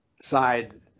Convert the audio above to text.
side